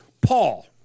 Paul